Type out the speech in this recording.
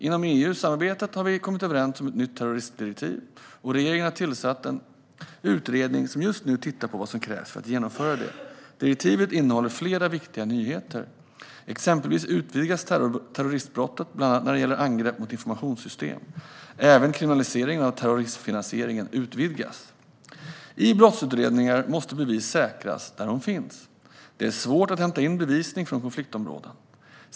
Inom EU-samarbetet har vi kommit överens om ett nytt terrorismdirektiv, och regeringen har tillsatt en utredning som just nu tittar på vad som krävs för att genomföra det. Direktivet innehåller flera viktiga nyheter. Exempelvis utvidgas terroristbrottet bland annat när det gäller angrepp mot informationssystem. Även kriminaliseringen av terrorismfinansiering utvidgas. I brottsutredningar måste bevis säkras där de finns. Det är svårt att hämta in bevisning från konfliktområden.